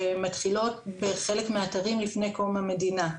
שמתחילות בחלק מהאתרים לפני קום המדינה.